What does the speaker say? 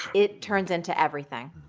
it turns into everything.